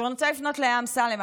אני רוצה לפנות לאמסלם.